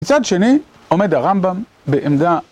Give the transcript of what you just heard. מצד שני, עומד הרמב״ם בעמדה